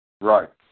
Right